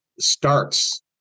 starts